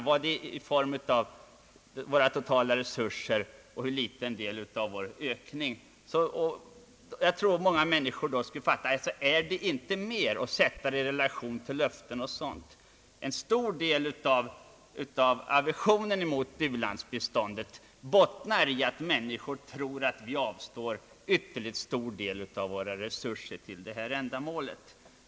Vi skall visa hur litet biståndet betyder i förhållande till våra totala resurser och att det är bara en mycket liten del av ökningen. En stor del av aversionen mot u-landsbiståndet bottnar i att människor tror att vi avstår en ytterligt stor del av våra resurser för detta ändamål.